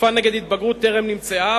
תרופה נגד התבגרות טרם נמצאה,